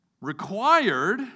required